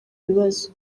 ibibazo